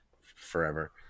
forever